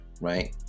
right